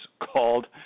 called